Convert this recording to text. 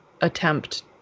attempt